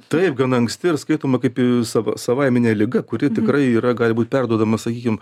taip gana anksti ir skaitoma kaip sava savaiminė liga kuri tikrai yra gali būt perduodama sakykim